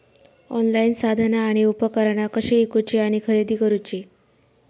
Online साधना आणि उपकरणा कशी ईकूची आणि खरेदी करुची?